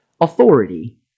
authority